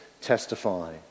testify